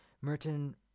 Merton